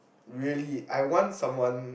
really I want someone